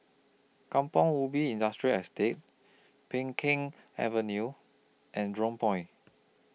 Kampong Ubi Industrial Estate Peng Kang Avenue and Jurong Point